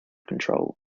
control